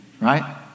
right